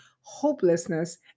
hopelessness